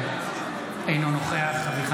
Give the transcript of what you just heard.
אינו נוכח יעקב אשר,